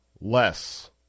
less